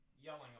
yelling